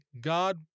God